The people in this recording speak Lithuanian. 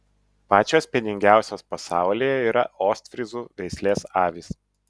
pačios pieningiausios pasaulyje yra ostfryzų veislės avys